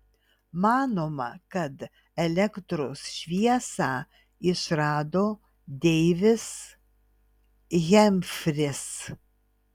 manoma kad elektros šviesą išrado deivis hemfris